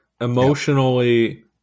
emotionally